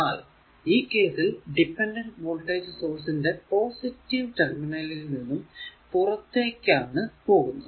എന്നാൽ ഈ കേസിൽ ഡിപെൻഡന്റ് വോൾടേജ് സോഴ്സ് ന്റെ പോസിറ്റീവ് ടെർമിനലിൽ നിന്നും പുറത്തേക്കു ആണ് പോകുന്നത്